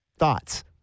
Thoughts